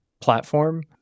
platform